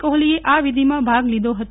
કોહલીએ આ વિધિમાં ભાગ લીધો હતો